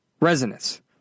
resonance